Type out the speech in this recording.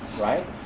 right